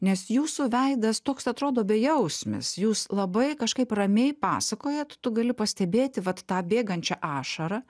nes jūsų veidas toks atrodo bejausmis jūs labai kažkaip ramiai pasakojat tu gali pastebėti vat tą bėgančią ašarą